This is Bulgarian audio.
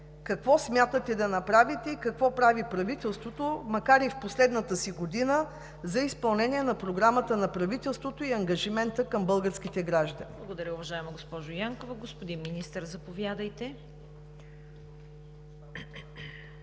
какво смятате да направите? Какво прави правителството, макар и в последната си година, за изпълнение на програмата на правителството и ангажимента към българските граждани? ПРЕДСЕДАТЕЛ ЦВЕТА КАРАЯНЧЕВА: Благодаря, уважаема госпожо Янкова. Господин Министър, заповядайте. МИНИСТЪР